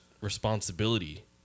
responsibility